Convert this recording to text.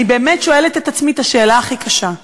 אני באמת שואלת את עצמי את השאלה הכי קשה: